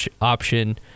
option